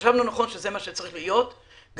חשבנו לנכון שזה מה שצריך להיות גם